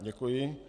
Děkuji.